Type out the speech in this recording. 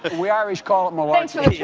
but we irish call it malarkey.